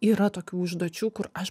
yra tokių užduočių kur aš